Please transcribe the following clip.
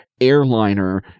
airliner